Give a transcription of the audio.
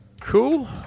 Cool